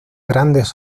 grandes